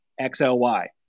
XLY